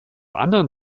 anderen